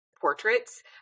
portraits